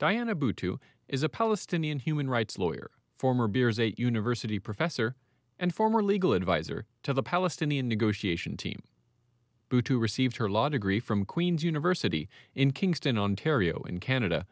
diana buttu is a palestinian human rights lawyer former beares a university professor and former legal advisor to the palestinian negotiation team who to receive her law degree from queen's university in kingston ontario in canada